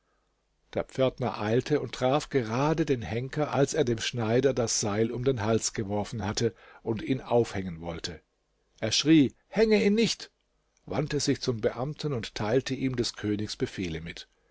der pförtner eilte und traf gerade den henker als er dem schneider das seil um den hals geworfen hatte und ihn aufhängen wollte er schrie hänge ihn nicht wandte sich zum beamten und teilte ihm des königs befehle mit